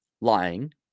lying